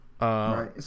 Right